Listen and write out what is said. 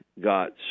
got